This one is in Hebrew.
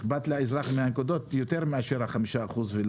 אכפת לאזרח מהנקודות יותר מה-5 אחוזים.